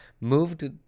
moved